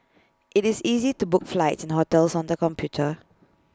IT is easy to book flights and hotels on the computer